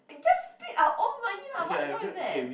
just split our own money lah what's wrong with that